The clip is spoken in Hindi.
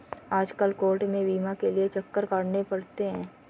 आजकल कोर्ट में बीमा के लिये चक्कर काटने पड़ते हैं